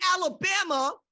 Alabama